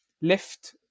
lift